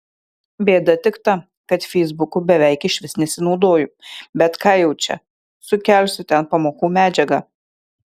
bėda tik ta kad feisbuku beveik išvis nesinaudoju bet ką jau čia sukelsiu ten pamokų medžiagą